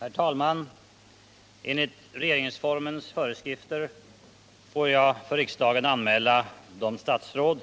Herr talman! Enligt regeringsformens föreskrifter får jag för riksdagen anmäla de statsråd